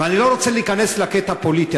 אני לא רוצה להיכנס לקטע הפוליטי,